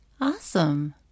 Awesome